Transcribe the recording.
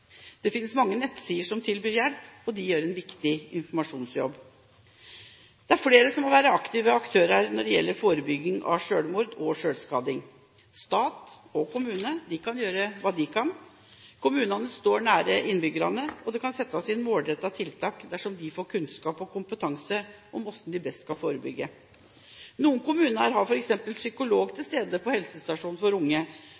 Det finnes mange nettsider som tilbyr hjelp, og de gjør en viktig informasjonsjobb. Det er flere som må være aktive aktører når det gjelder forebygging av selvmord og selvskading. Stat og kommune må gjøre det de kan. Kommunene står nær innbyggerne, og det kan settes inn målrettede tiltak dersom de får kunnskap og kompetanse om hvordan de best skal forebygge. Noen kommuner har f.eks. psykolog